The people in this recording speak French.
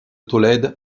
tolède